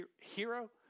hero